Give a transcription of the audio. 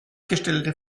gestellte